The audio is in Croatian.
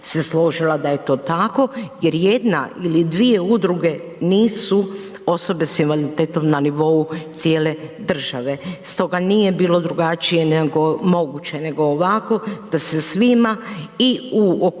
bih se složila da je to tako jer jedna ili dvije udruge nisu osobe s invaliditetom na nivou cijele države, stoga nije bilo drugačije nego moguće nego ovako da e svima i u okviru